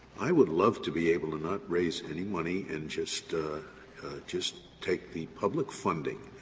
i would love to be able to not raise any money and just just take the public funding,